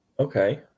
okay